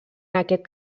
aquest